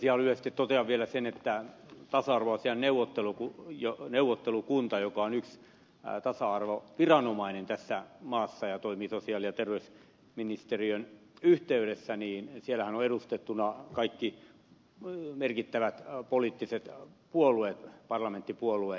ihan lyhyesti totean vielä sen että tasa arvoasiain neuvottelukunnassa joka on yksi tasa arvoviranomainen tässä maassa ja toimii sosiaali ja terveysministeriön yhteydessä ovat edustettuna kaikki merkittävät poliittiset parlamenttipuolueet